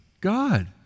God